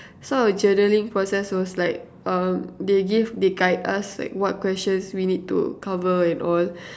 sort of journaling process was like um they give they guide us like which questions we need to cover and all